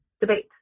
debate